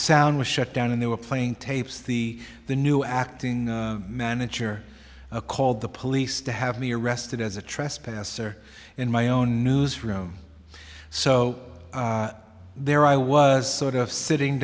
sound was shut down and they were playing tapes the the new acting manager a called the police to have me arrested as a trespasser in my own news room so there i was sort of sitting